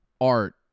art